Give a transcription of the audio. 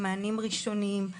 מענים ראשוניים.